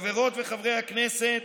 חברות וחברי הכנסת,